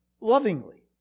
Lovingly